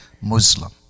Muslim